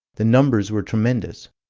the numbers were tremendous.